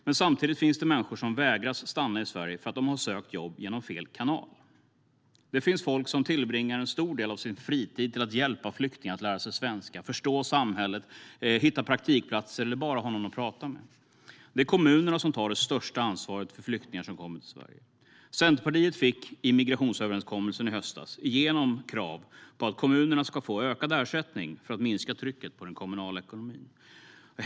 Men det finns samtidigt människor som vägras stanna i Sverige för att de har sökt jobb genom fel kanal. Det finns folk som tillbringar en stor del av sin fritid med att hjälpa flyktingar att lära sig svenska, förstå samhället och hitta praktikplatser eller som ser till att de bara har någon att prata med. Det är kommunerna som tar det största ansvaret för flyktingar som kommer till Sverige. Centerpartiet fick i migrationsöverenskommelsen i höstas igenom krav på att kommunerna ska få ökad ersättning, för att minska trycket på den kommunala ekonomin.